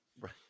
right